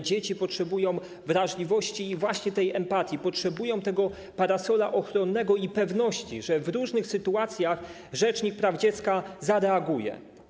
Dzieci potrzebują wrażliwości i właśnie empatii, potrzebują parasola ochronnego i pewności, że w różnych sytuacjach rzecznik praw dziecka zareaguje.